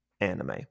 anime